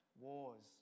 Wars